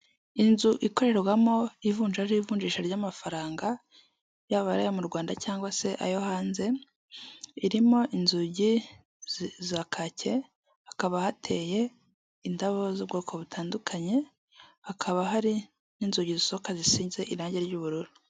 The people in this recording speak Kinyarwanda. Inzu ikorerwamo ivunjara n'ivunjisha ry'amafaranga yaba iri ayo mu Rwanda cyangwa se ayo hanze irimo inzugi za kake hakaba hateye indabo z'ubwoko butandukanye hakaba hari n'inzugi zisohoka zisize irange ry'ubururu.